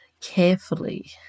carefully